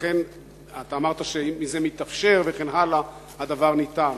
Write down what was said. אתה אמרת שאם זה מתאפשר וכן הלאה, הדבר ניתן.